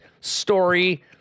story